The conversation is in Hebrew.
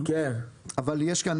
אבל יש כאן